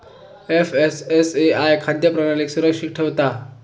FSSAI खाद्य प्रणालीक सुरक्षित ठेवता